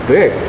big